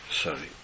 sorry